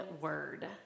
word